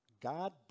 God